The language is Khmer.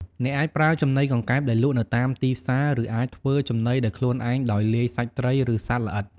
អ្នកអាចប្រើចំណីកង្កែបដែលលក់នៅតាមទីផ្សារ ឬអាចធ្វើចំណីដោយខ្លួនឯងដោយលាយសាច់ត្រី ឬសត្វល្អិត។